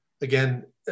again